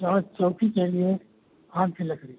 दस चौकी के लिए आम की लकड़ी